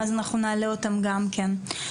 ואז אנחנו נעלה אותם גם כן.